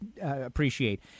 appreciate